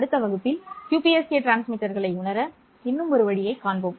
அடுத்த வகுப்பில் QPSK டிரான்ஸ்மிட்டர்களை உணர இன்னும் ஒரு வழியைக் காண்போம்